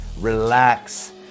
relax